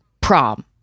prom